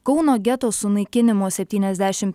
kauno geto sunaikinimo septyniasdešim